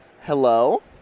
Hello